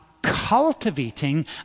cultivating